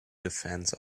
defense